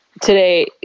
Today